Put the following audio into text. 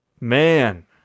man